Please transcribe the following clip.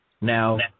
Now